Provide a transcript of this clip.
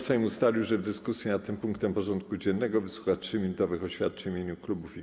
Sejm ustalił, że w dyskusji nad tym punktem porządku dziennego wysłucha 3-minutowych oświadczeń w imieniu klubów i koła.